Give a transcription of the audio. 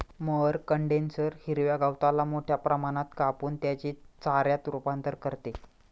mower condenser हिरव्या गवताला मोठ्या प्रमाणात कापून त्याचे चाऱ्यात रूपांतर करते